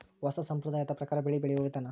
ಹೊಸಾ ಸಂಪ್ರದಾಯದ ಪ್ರಕಾರಾ ಬೆಳಿ ಬೆಳಿಯುವ ವಿಧಾನಾ